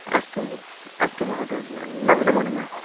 अस्तु अस्तु महोदय नमो नमः